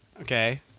Okay